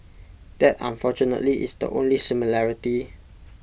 that unfortunately is the only similarity